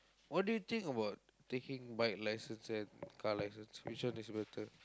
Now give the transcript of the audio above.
what do you think about taking bike licence and car licence which one is better